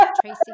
Tracy